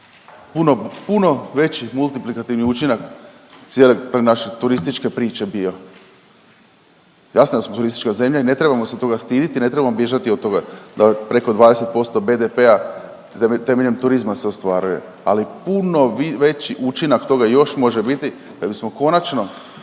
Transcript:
puno veći multiplikativni učinak cijele te naše turističke priče bio. Jasno da smo turistička zemlja i ne trebamo se toga stiditi i ne trebamo bježati od toga da preko 20% BDP-a temeljem turizma se ostvaruje, ali puno veći učinak toga još može biti kad bismo konačno